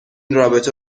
رابطه